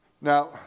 Now